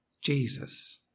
Jesus